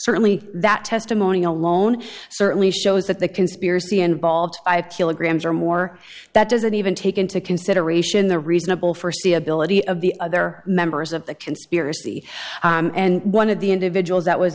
certainly that testimony alone certainly shows that the conspiracy involved i have kilograms or more that doesn't even take into consideration the reasonable forsee ability of the other members of the conspiracy and one of the individuals that was